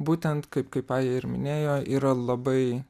būtent kaip kaip aja ir minėjo yra labai